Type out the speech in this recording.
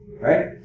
right